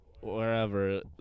wherever